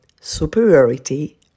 superiority